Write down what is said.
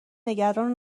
نگران